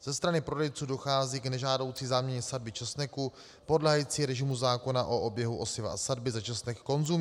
Ze strany prodejců dochází k nežádoucí záměně sadby česneku podléhající režimu zákona o oběhu osiva a sadby za česnek konzumní.